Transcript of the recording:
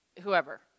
whoever